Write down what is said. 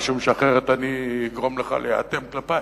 משום שאני אגרום לך להיאטם כלפי.